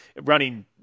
running –